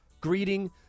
greeting